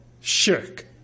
shirk